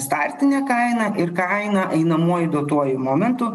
startinę kainą ir kainą einamuoju duotuoju momentu